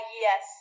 yes